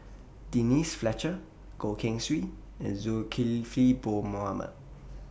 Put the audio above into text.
Denise Fletcher Goh Keng Swee and Zulkifli Bin Mohamed